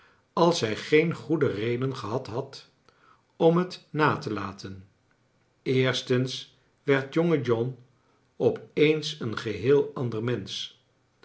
als zrj geen goede redenen gehad had om het na te laten eerstens werd jonge john op eens een geheel ander men